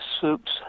soups